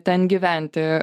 ten gyventi